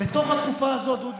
בתוך התקופה הזאת, דודי,